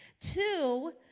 Two